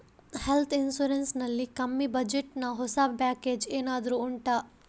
health insurance ನಲ್ಲಿ ಕಮ್ಮಿ budget ನ ಹೊಸ ಪ್ಯಾಕೇಜ್ ಏನಾದರೂ ಉಂಟಾ